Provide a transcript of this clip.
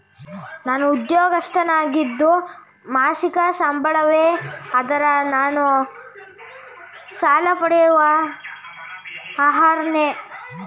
ನಾನು ಉದ್ಯೋಗಸ್ಥನಾಗಿದ್ದು ಮಾಸಿಕ ಸಂಬಳವೇ ಆಧಾರ ನಾನು ಸಾಲ ಪಡೆಯಲು ಅರ್ಹನೇ?